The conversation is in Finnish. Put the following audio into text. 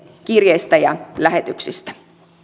kirjeistä ja lähetyksistä